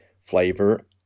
flavor